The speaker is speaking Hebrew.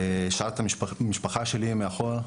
השארתי המשפחה שלי מאחור,